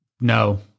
No